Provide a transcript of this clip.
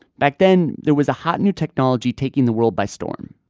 back then, there was a hot, new technology taking the world by storm.